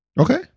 Okay